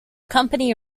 company